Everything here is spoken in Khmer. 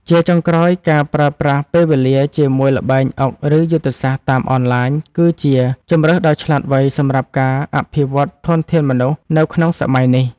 ជាចុងក្រោយការប្រើប្រាស់ពេលវេលាជាមួយល្បែងអុកឬយុទ្ធសាស្ត្រតាមអនឡាញគឺជាជម្រើសដ៏ឆ្លាតវៃសម្រាប់ការអភិវឌ្ឍធនធានមនុស្សនៅក្នុងសម័យនេះ។